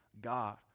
God